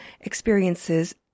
experiences